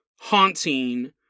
haunting